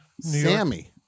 Sammy